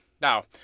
Now